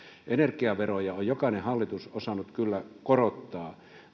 energiaveroja on jokainen hallitus osannut kyllä korottaa